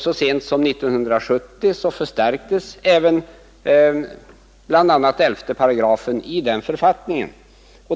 Så sent som 1970 förstärktes 118 i den författningen.